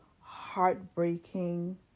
heartbreaking